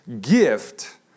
gift